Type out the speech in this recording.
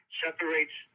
separates